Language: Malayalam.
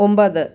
ഒൻപത്